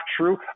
true